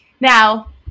Now